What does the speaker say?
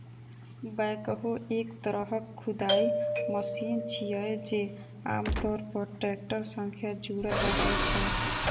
backhoe एक तरहक खुदाइ मशीन छियै, जे आम तौर पर टैक्टर सं जुड़ल रहै छै